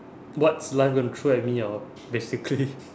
what's life gonna throw at me hor basically